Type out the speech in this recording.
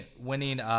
winning